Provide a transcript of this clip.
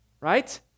right